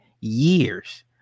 years